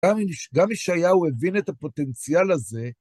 גם ישעיהו הבין את הפוטנציאל הזה,